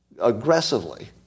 aggressively